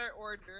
order